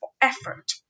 effort